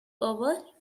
over